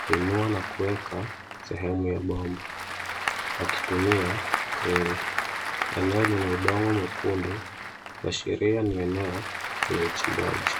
kuinua na kuweka sehemu ya bomba wakitumia kreni. Eneo lina udongo mwenkundu kuashiria ni eneo la uchimbaji.